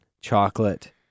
chocolate